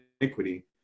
iniquity